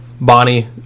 Bonnie